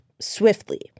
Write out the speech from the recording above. swiftly